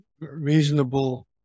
reasonable